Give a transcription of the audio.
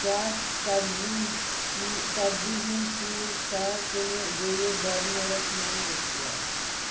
کیٛاہ سبزی کی سبزی ہِنٛدۍ چیٖز چھا کُنہِ بیٚیہِ برنڑَس منٛز دٔستیاب